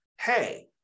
hey